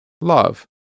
love